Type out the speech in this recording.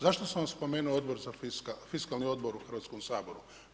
Zašto sam vam spomenuo Odbor za, fiskalni odbor u Hrvatskom saboru.